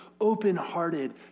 open-hearted